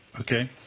Okay